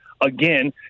again